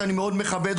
שאני מאוד מכבד,